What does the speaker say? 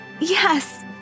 yes